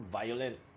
violent